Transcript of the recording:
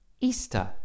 easter